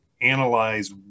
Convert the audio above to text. analyze